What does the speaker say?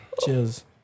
Cheers